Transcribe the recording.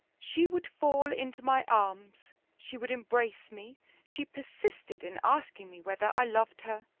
she would fall into my arms she would embrace me she persisted in asking me whether i loved her!